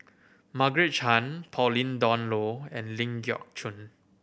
Margaret Chan Pauline Dawn Loh and Ling Geok Choon